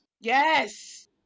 Yes